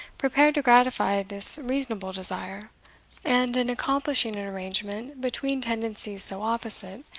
prepared to gratify this reasonable desire and, in accomplishing an arrangement between tendencies so opposite,